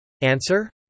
Answer